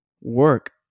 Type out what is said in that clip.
work